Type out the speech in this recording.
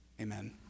amen